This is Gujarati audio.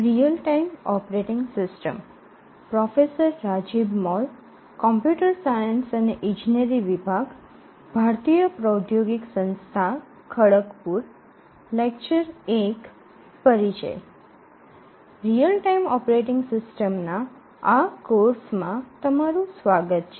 રીઅલ ટાઈમ ઓપરેટિંગ સિસ્ટમના આ કોર્ષમાં તમારું સ્વાગત છે